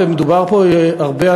ומדובר פה הרבה,